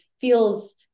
feels